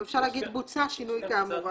אפשר לכתוב "בוצע שינוי כאמור".